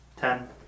Ten